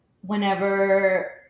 whenever